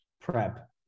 prep